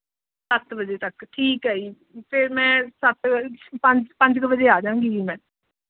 ਸੱਤ ਵਜੇ ਤੱਕ ਠੀਕ ਹੈ ਜੀ ਫੇਰ ਮੈਂ ਸੱਤ ਵਜੇ ਪੰਜ ਪੰਜ ਕੁ ਵਜੇ ਆ ਜਾਵਾਂਗੀ ਜੀ ਮੈਂ